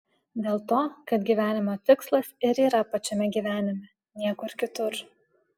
dėl to kad gyvenimo tikslas ir yra pačiame gyvenime niekur kitur